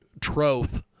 troth